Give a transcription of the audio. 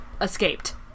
escaped